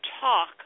talk